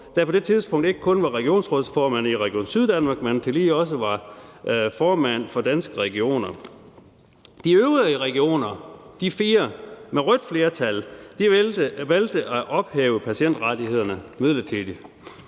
der på det tidspunkt ikke kun var regionsrådsformand i Region Syddanmark, men tillige også var formand for Danske Regioner. De øvrige regioner, de fire med rødt flertal, valgte at ophæve patientrettighederne midlertidigt.